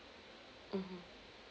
mmhmm